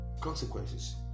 consequences